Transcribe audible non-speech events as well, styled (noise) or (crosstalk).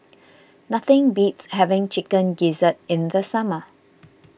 (noise) nothing beats having Chicken Gizzard in the summer